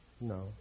No